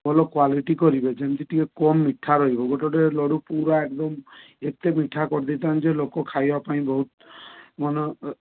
ଭଲ କ୍ୱାଲିଟି କରିବେ ଯେମିତି ଟିକେ କମ୍ ମିଠା ରହିବ ଗୋଟେ ଗୋଟେ ଲଡ଼ୁ ପୁରା ଏକଦମ୍ ଏତେ ମିଠା କରିଦେଇଥାନ୍ତି ଯେ ଲୋକ ଖାଇବା ପାଇଁ ବହୁତ ମାନେ